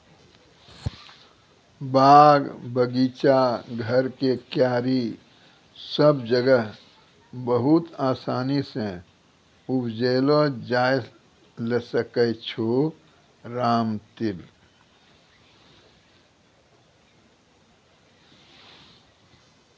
बाग, बगीचा, घर के क्यारी सब जगह बहुत आसानी सॅ उपजैलो जाय ल सकै छो रामतिल